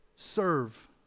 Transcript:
Serve